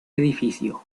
edificio